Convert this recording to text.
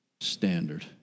standard